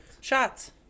Shots